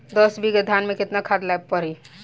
दस बिघा धान मे केतना खाद परी?